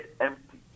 empty